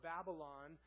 Babylon